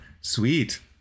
sweet